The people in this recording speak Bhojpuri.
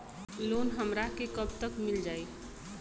लोन हमरा के कब तक मिल जाई?